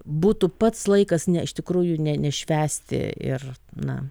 būtų pats laikas ne iš tikrųjų ne nešvęsti ir na